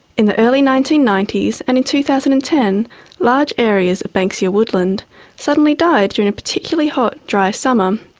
in the early nineteen ninety s and in two thousand and ten large areas of banksia woodland suddenly died during a particularly hot, dry summer.